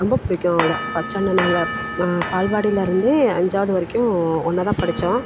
ரொம்ப பிடிக்கும் அவளை ஃபஸ்ட் ஸ்டாண்டர்ட் நாங்கள் பால்வாடிலேருந்தே அஞ்சாவது வரைக்கும் ஒன்னாக தான் படித்தோம்